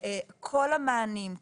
כל המענים,